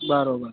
બરાબર